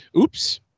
oops